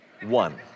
One